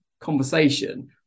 conversation